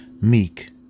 meek